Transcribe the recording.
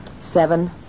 Seven